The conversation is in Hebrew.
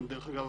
דרך אגב,